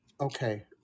okay